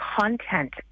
content